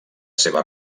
seva